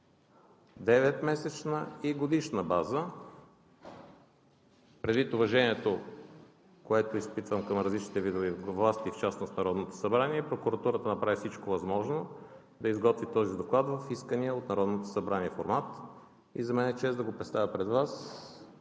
деветмесечна и годишна база. Предвид уважението, което изпитвам към различните видове власти, в частност Народното събрание, прокуратурата направи всичко възможно да изготви този доклад в искания от Народното събрание формат и за мен е чест да го представя пред Вас.